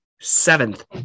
Seventh